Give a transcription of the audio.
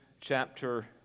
chapter